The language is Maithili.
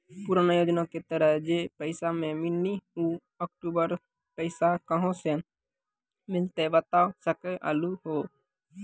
पुराना योजना के तहत जे पैसा नै मिलनी ऊ अक्टूबर पैसा कहां से मिलते बता सके आलू हो?